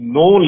no